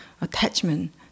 attachment